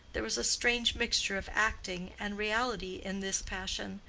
there was a strange mixture of acting and reality in this passion.